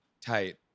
tight